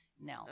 No